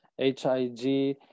HIG